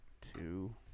two